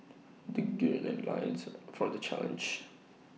they gird their loins for the challenge